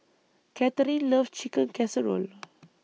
Kathryne loves Chicken Casserole